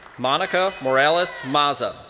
monica moralez maza,